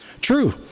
True